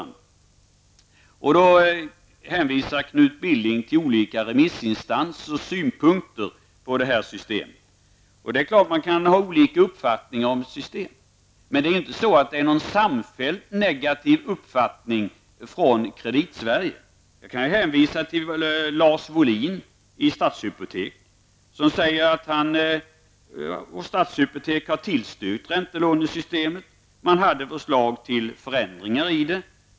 Knut Billing hänvisade till olika remissinstansers synpunkter på detta system. Det är klart att man kan ha olika uppfattningar om ett system. Men det är inte någon samfälld negativ uppfattning från Kreditsverige. Jag kan hänvisa till Lars Wohlin i stadshypotekskassan. Han säger att stadshypotekskassan har tillstyrkt räntelånesystemet. Man hade förslag till förändringar i det.